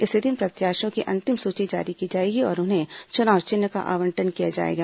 इसी दिन प्रत्याशियों की अंतिम सूची जारी की जाएगी और उन्हें च्नाव चिन्ह का आवंटन किया जाएगा